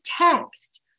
text